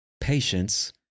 patience